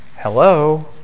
Hello